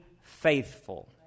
faithful